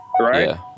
right